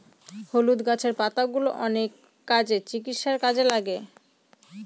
হলুদ গাছের পাতাগুলো অনেক কাজে, চিকিৎসার কাজে লাগে